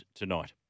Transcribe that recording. tonight